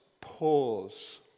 pause